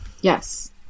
Yes